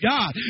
God